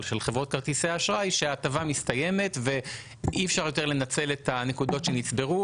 חברות כרטיסי האשראי שההטבה מסתיימת ואי אפשר יותר לנצל את הנקודות שנצברו